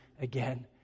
again